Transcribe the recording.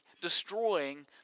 destroying